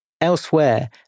Elsewhere